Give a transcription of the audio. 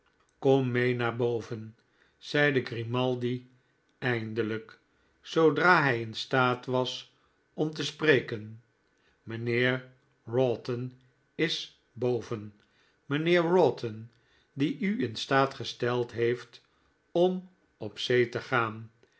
kom mee naar boven zeide grimaldi eindelijk zoodra hij in staat was om te spreken mijnheer wroughton is boven mynheer wroughton die u in staat gesteld heeft om op zee te gaan